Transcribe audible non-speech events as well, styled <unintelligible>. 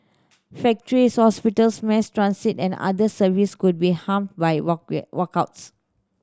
factories hospitals mass transit and other service could be hampered by <unintelligible> walkouts